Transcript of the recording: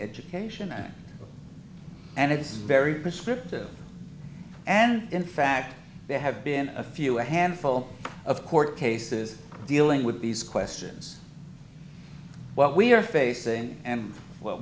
education and it is very prescriptive and in fact there have been a few a handful of court cases dealing with these questions what we are facing and what